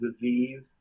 disease